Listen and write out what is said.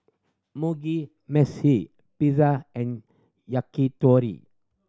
Mugi Meshi Pizza and Yakitori